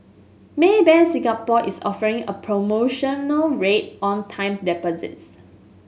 Maybank Singapore is offering a promotional rate on time deposits